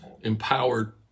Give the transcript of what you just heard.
empowered